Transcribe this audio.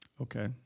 Okay